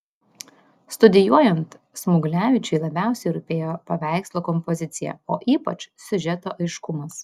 studijuojant smuglevičiui labiausiai rūpėjo paveikslo kompozicija o ypač siužeto aiškumas